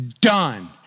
done